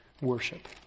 worship